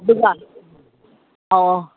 ꯑꯗꯨꯒ ꯑꯧ